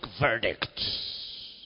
verdicts